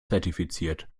zertifiziert